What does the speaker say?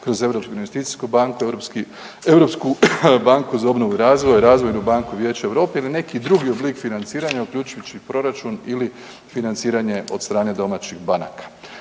kroz Europsku investicijsku banku, Europsku banku za obnovu i razvoj, Razvojnu banku Vijeća Europe ili neki drugi oblik financiranja uključujući proračun ili financiranje od strane domaćih banaka.